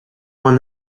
one